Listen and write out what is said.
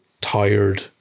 tired